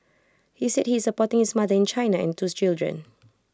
he said he is supporting his mother in China and twos children